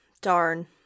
darn